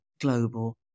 global